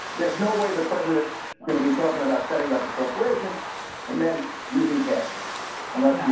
there's no way the president is going to be talking about setting up a corporation and then using cash unless